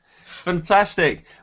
Fantastic